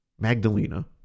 magdalena